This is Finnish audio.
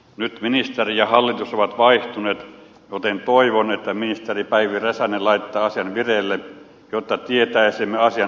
nyt ministeri ja hallitus ovat vaihtuneet joten toivon että ministeri päivi räsänen laittaa asian vireille jotta tietäisimme asian todellisen tilanteen